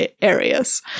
areas